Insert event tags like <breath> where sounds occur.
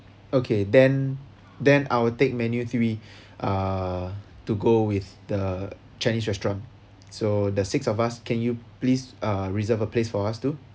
okay then then I will take menu three <breath> uh to go with the chinese restaurant so the six of us can you please uh reserve a place for us too